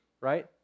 right